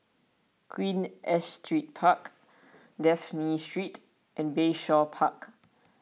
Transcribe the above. Queen Astrid Park Dafne Street and Bayshore Park